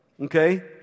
Okay